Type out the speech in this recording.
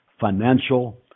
financial